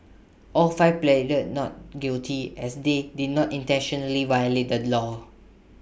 all five pleaded not guilty as they did not intentionally violate the law